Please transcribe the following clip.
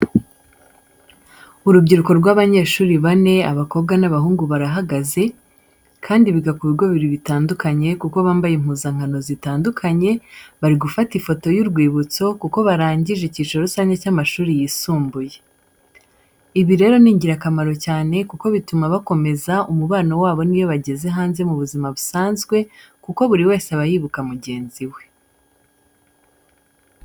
Urubyiruko rw'abanyeshuri bane abakobwa n'abahungu barahagaze, kandi biga ku bigo bibiri bitandukanye kuko bambaye impuzankano zitandukanye, bari gufata ifoto y'urwibutso kuko barangije icyiciro rusange cy'amashuri yisumbuye. Ibi rero ni ingirakamaro cyane kuko bituma bakomeza umubano wabo n'iyo bageze hanze mu buzima busanzwe kuko buri wese aba yibuka mugenzi we.